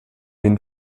den